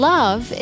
Love